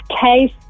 case